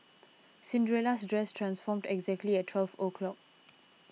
Cinderella's dress transformed exactly at twelve o'clock